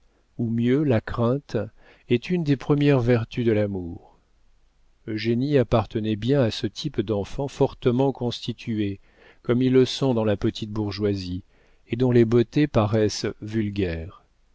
ou mieux la crainte est une des premières vertus de l'amour eugénie appartenait bien à ce type d'enfants fortement constitués comme ils le sont dans la petite bourgeoisie et dont les beautés paraissent vulgaires